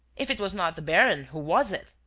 if it was not the baron, who was it?